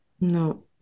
No